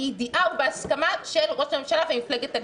בידיעה ובהסכמה של ראש הממשלה ומפלגת הליכוד.